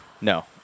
No